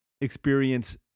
experience